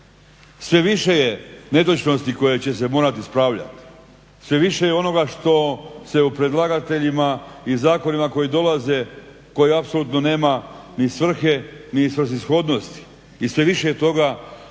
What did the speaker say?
Sve više je netočnosti koje će se morati ispravljali, sve više je onoga što se o predlagateljima i zakonima koji dolaze koji apsolutno nema ni svrhe ni svrsishodnosti i sve više je toga